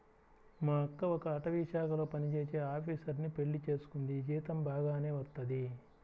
మా అక్క ఒక అటవీశాఖలో పనిజేసే ఆపీసరుని పెళ్లి చేసుకుంది, జీతం బాగానే వత్తది